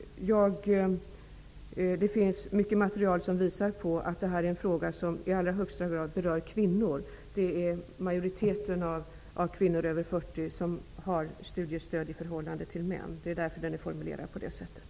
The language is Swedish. Den finns mycket material som visar att den här frågan i allra högsta grad berör kvinnor. I förhållande till män, är det en majoritet av kvinnor över 40 år som har studiestöd. Det är därför som min fråga är formulerad som den är.